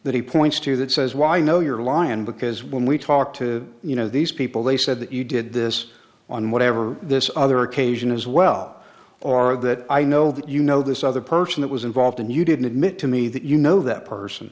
that he points to that says why no you're lying because when we talk to you know these people they said that you did this on whatever this other occasion is well or that i know that you know this other person that was involved and you didn't admit to me that you know that person